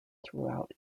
throughout